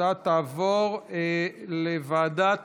של חברת